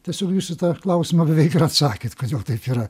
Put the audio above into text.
tiesiog jūs į tą klausimą beveik ir atsakėt kodėl taip yra